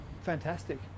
fantastic